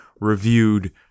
reviewed